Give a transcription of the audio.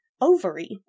ovary